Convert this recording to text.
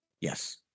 Yes